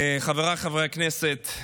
אני שכחתי לעשות את